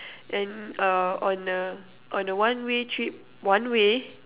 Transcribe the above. and uh on a on a one way trip one way